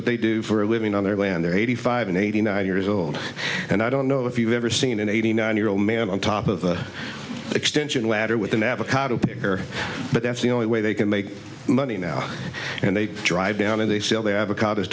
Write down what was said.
what they do for a living on their land they're eighty five and eighty nine years old and i don't know if you've ever seen an eighty nine year old man on top of the extension ladder with an avocado picker but that's the only way they can make money now and they drive down and they sell the